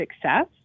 success